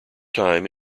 time